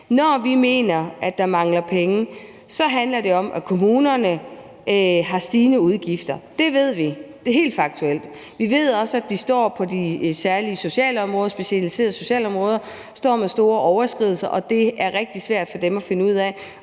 Når vi mener, at der mangler penge, handler det om, at kommunerne har stigende udgifter. Det ved vi, det er helt faktuelt. Vi ved også, at de på det specialiserede socialområde står med store overskridelser, og det er rigtig svært for dem at finde ud af,